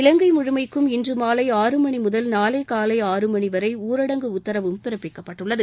இலங்கை முழுமைக்கும் இன்று மாலை ஆறு மணி முதல் நாளை காலை ஆறு மணி வரை ஊடரங்கு உத்தரவும் பிறப்பிக்கப்பட்டுள்ளது